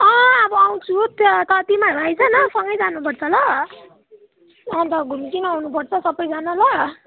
अब आउँछु त तिमाहरू आइज न सँगै जानुपर्छ ल अन्त घुमिकन आउनु पर्छ सबैजना ल